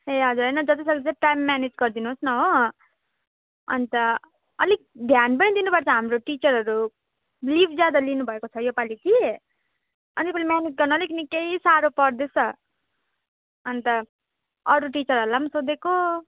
ए हजुर होइन जतिसक्दो टाइम म्यानेज गरिदिनुहोस् न हो अन्त अलिक ध्यान पनि दिनुपर्छ हाम्रो टिचरहरू लिभ ज्यादा लिनुभएको छ यो पालि कि अलिकति म्यानेज गर्न अलिक निकै साह्रो पर्दैछ अन्त अरू टिचरहरूलाई पनि सोधेको